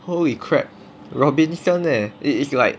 holy crap Robinsons leh it is like